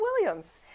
Williams